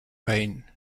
pain